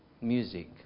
music